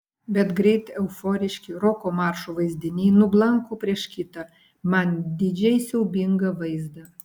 bet greit euforiški roko maršo vaizdiniai nublanko prieš kitą man didžiai siaubingą vaizdą